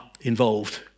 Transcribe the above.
involved